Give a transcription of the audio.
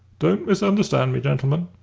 don't misunderstand me, gentlemen.